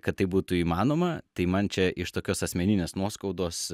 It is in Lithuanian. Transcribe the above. kad tai būtų įmanoma tai man čia iš tokios asmeninės nuoskaudos